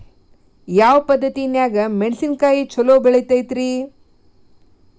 ಯಾವ ಪದ್ಧತಿನ್ಯಾಗ ಮೆಣಿಸಿನಕಾಯಿ ಛಲೋ ಬೆಳಿತೈತ್ರೇ?